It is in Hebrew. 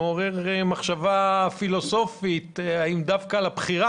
אבל זה גם מעורר מחשבה פילוסופית האם בבחירה